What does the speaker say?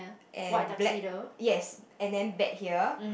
and black yes and then bet here